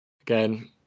again